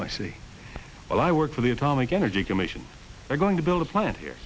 ago i see well i work for the atomic energy commission they're going to build a plant here